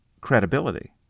credibility